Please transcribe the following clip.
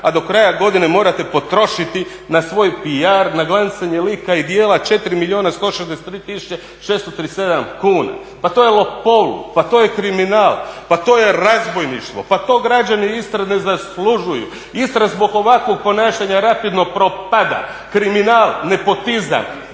a do kraja godine morate potrošiti na svoj PR na glancanje lika i djela 4 milijuna 163 tisuće 637 kuna. Pa to je kriminal, pa to je razbojništvo, pa to građani Istre na zaslužuju. Istra zbog ovakvog ponašanja rapidno propada. Kriminal, nepotizam,